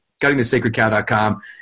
Cuttingthesacredcow.com